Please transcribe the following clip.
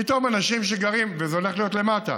פתאום אנשים שגרים, וזה הולך להיות למטה.